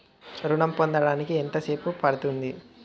ఋణం పొందడానికి ఎంత సేపు పడ్తుంది?